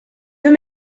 deux